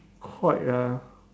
quite ah